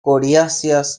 coriáceas